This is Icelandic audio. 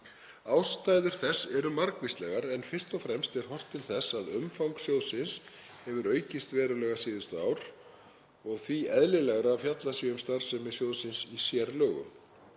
Ástæður þess eru margvíslegar en fyrst og fremst er horft til þess að umfang sjóðsins hefur aukist verulega síðustu ár og því eðlilegra að fjallað sé um starfsemi sjóðsins í sérlögum.